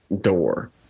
door